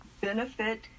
Benefit